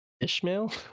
Ishmael